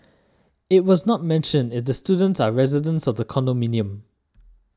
it was not mentioned if the students are residents of the condominium